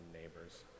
neighbors